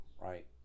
right